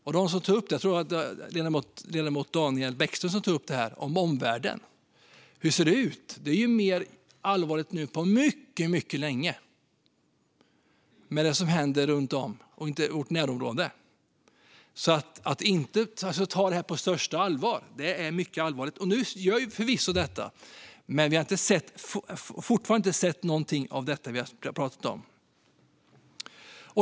Jag tror att det var ledamoten Daniel Bäckström som tog upp hur det ser ut i omvärlden. Det som händer runt om i vårt närområde är ju mer allvarligt nu än på mycket länge. Det måste tas på största allvar. Nu gör ju vi förvisso detta. Men vi har fortfarande inte sett någonting av det som vi har pratat om.